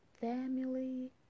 family